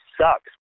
sucks